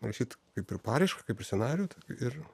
rašyt kaip ir paraišką kaip ir scenraijų tokį ir